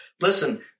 Listen